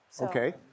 Okay